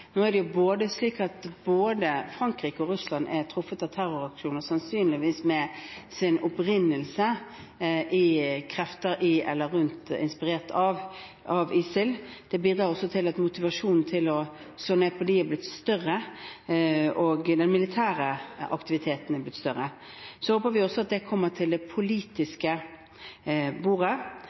Nå er både Frankrike og Russland truffet av terroraksjoner som sannsynligvis har sin opprinnelse i krefter i eller rundt eller inspirert av ISIL. Det bidrar også til at motivasjonen som de har, er blitt større, og den militære aktiviteten er blitt større. Så håper vi også at det kommer til det